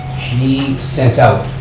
she sent out